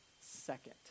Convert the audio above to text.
second